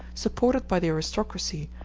supported by the aristocracy,